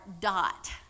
dot